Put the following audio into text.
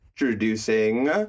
Introducing